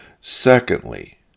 Secondly